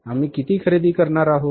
आम्ही किती खरेदी करणार आहोत